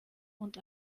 und